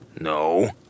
No